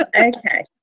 Okay